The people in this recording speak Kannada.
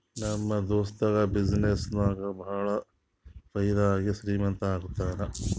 ನಮ್ ದೋಸ್ತುಗ ಬಿಸಿನ್ನೆಸ್ ನಾಗ್ ಭಾಳ ಫೈದಾ ಆಗಿ ಶ್ರೀಮಂತ ಆಗ್ಯಾನ